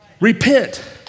Repent